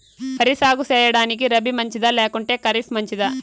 వరి సాగు సేయడానికి రబి మంచిదా లేకుంటే ఖరీఫ్ మంచిదా